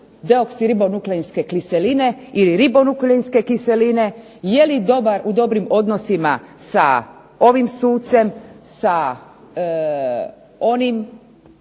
deoksiribonukleinske kiseline ili ribonukleinske kiseline, jeli u dobrim odnosima sa ovim sucem, sa onim